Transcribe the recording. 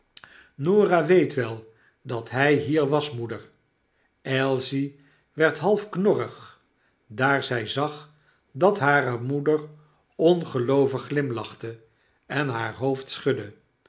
weet wel dat hy hier was moeder ailsie werd half knorrig daar zy zag dat hare moeder ongeloovig glimlachte en haar hoofd schudde